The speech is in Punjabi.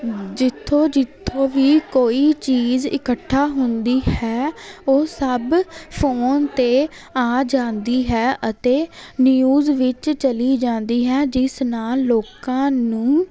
ਜਿੱਥੋਂ ਜਿੱਥੋਂ ਵੀ ਕੋਈ ਚੀਜ਼ ਇਕੱਠਾ ਹੁੰਦੀ ਹੈ ਉਹ ਸਭ ਫੋਨ 'ਤੇ ਆ ਜਾਂਦੀ ਹੈ ਅਤੇ ਨਿਊਜ਼ ਵਿੱਚ ਚਲੀ ਜਾਂਦੀ ਹੈ ਜਿਸ ਨਾਲ ਲੋਕਾਂ ਨੂੰ